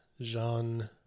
Jean